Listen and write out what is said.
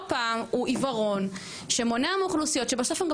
פעם הוא עיוורון שמונע מאוכלוסיות שבסוף הן גם